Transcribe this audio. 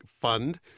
fund